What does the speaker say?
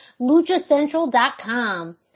luchacentral.com